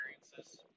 experiences